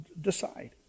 decide